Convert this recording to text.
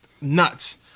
nuts